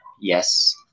Yes